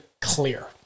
clear